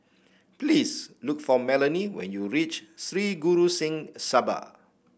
please look for Melonie when you reach Sri Guru Singh Sabha